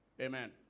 Amen